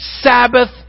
Sabbath